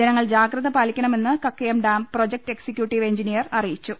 ജനങ്ങൾ ജാഗ്രത പാലിക്കണമെന്ന് Kakkayam dam project executive engineer അറിയിച്ചു